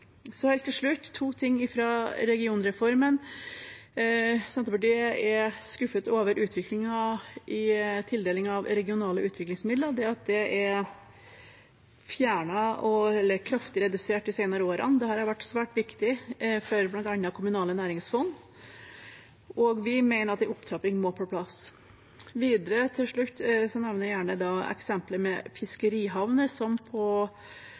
Helt til slutt to ting fra regionreformen: Senterpartiet er skuffet over utviklingen i tildeling av regionale utviklingsmidler, at de er fjernet eller kraftig redusert de senere årene. Dette har vært svært viktig for bl.a. kommunale næringsfond, og vi mener at en opptrapping må på plass. Videre vil jeg til slutt gjerne nevne eksemplet med fiskerihavner, som har vist seg å være en oppgave som